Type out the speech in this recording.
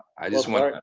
i just want to